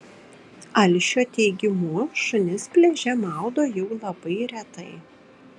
alšio teigimu šunis pliaže maudo jau labai retai